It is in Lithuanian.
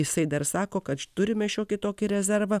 jisai dar sako kad turime šiokį tokį rezervą